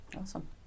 Awesome